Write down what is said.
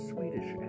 Swedish